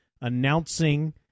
announcing